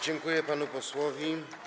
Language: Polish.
Dziękuję panu posłowi.